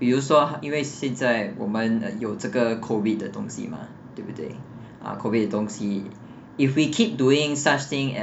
比如说因为现在我们 uh 有这个 COVID 的东西 mah 对不对 ah COVID 的东西 if we keep doing such thing